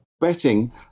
betting